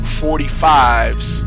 45's